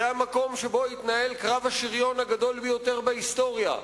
זה המקום שבו התנהל קרב השריון הגדול ביותר בהיסטוריה,